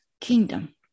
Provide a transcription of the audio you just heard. kingdom